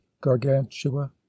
gargantua